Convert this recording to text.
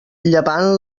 llevant